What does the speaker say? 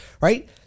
Right